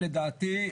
לדעתי,